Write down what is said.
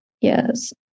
yes